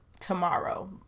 tomorrow